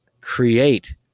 create